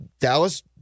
Dallas